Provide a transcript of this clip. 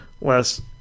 less